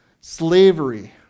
Slavery